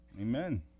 Amen